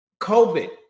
COVID